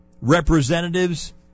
representatives